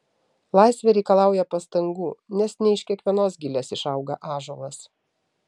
laisvė reikalauja pastangų nes ne iš kiekvienos gilės išauga ąžuolas